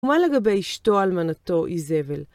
מה לגבי אשתו אלמנתו איזבל?